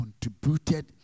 contributed